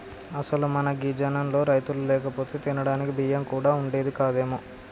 అసలు మన గీ జనంలో రైతులు లేకపోతే తినడానికి బియ్యం కూడా వుండేది కాదేమో